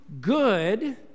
good